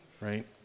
right